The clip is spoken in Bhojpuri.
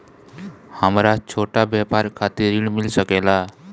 हमरा छोटा व्यापार खातिर ऋण मिल सके ला?